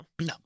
no